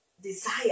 desire